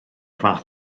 fath